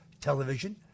television